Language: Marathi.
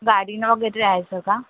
गाडीनं वगैरे जायचं का